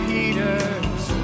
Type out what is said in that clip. Peter's